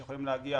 שיכולים להגיע